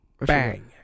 Bang